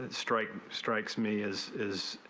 and straight strikes me as is.